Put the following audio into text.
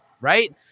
right